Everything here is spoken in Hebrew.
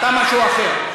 אתה משהו אחר.